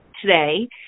today